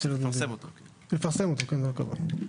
לפרסם אותו, זו הכוונה.